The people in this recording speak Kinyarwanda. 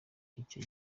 icyo